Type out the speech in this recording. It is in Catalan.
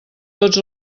tots